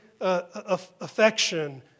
affection